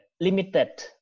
limited